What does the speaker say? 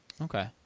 Okay